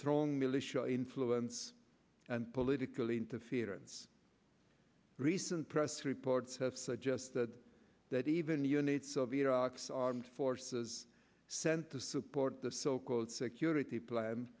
militia influence and political interference recent press reports have suggested that even units of iraq's armed forces sent to support the so called security plan